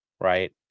Right